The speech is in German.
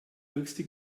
höchste